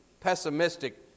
pessimistic